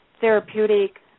therapeutic